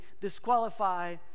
disqualify